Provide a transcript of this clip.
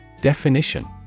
Definition